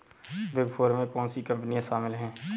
Big four में कौन सी कंपनियाँ शामिल हैं?